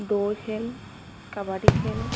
দৌৰ খেল কাবাডী খেল